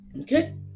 okay